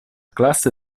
classe